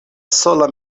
sola